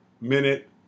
minute